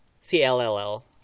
C-L-L-L